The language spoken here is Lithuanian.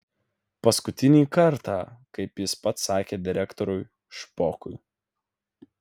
paskutinį kartą kaip jis pats sakė direktoriui špokui